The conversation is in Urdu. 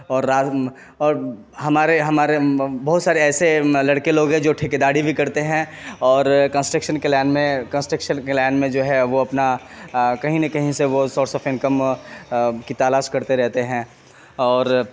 اور اور ہمارے ہمارے بہت سارے ایسے لڑکے لوگ ہیں جو ٹھیکے داری بھی کرتے ہیں اور کنسٹرکشن کے لائن میں کنسٹرکشن کے لائن میں جو ہے وہ اپنا کہیں نہ کہیں سے وہ سورس آف انکم کی تلاش کرتے رہتے ہیں اور